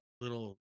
little